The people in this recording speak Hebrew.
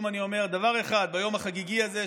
דבר אחד ביום החגיגי הזה,